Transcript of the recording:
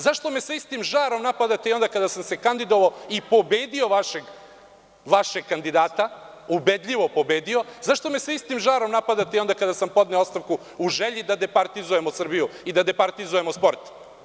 Zašto me sa istim žarom napadate i onda kada sam se kandidovao i pobedio vašeg kandidata, ubedljivo pobedio, zašto me sa istim žarom napadate i onda kada sam podneo ostavku u želji da departizujemo Srbiju i da departizujemo sport?